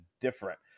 different